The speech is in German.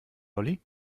lolli